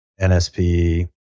NSP